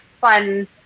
fun